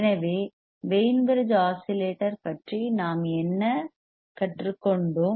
எனவே Wien bridge oscillator பற்றி நாம் என்ன கற்றுக்கொண்டோம்